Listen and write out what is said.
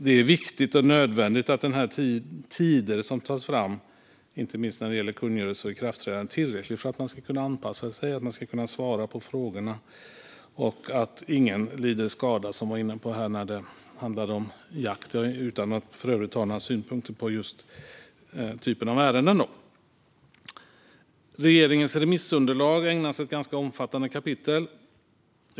Det är viktigt och nödvändigt att den tid som fastställs, inte minst vad gäller tiden mellan en kungörelse och ett ikraftträdande, är tillräcklig för att man ska kunna anpassa sig och svara på frågorna och att ingen lider skada, något som togs upp tidigare avseende jakt. Detta säger jag för övrigt utan att ha några synpunkter på typen av ärende. Regeringens remissunderlag ägnas ett ganska omfattande kapitel.